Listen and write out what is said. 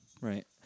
right